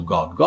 God